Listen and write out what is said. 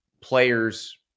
players